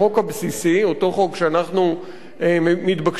אותו חוק שאנחנו מתבקשים היום לתקן,